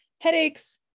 headaches